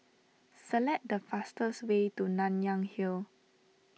select the fastest way to Nanyang Hill